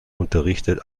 unterrichtet